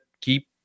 keep